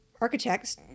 Architects